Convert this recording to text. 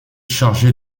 chargé